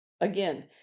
again